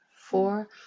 four